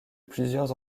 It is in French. plusieurs